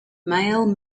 male